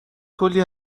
کلی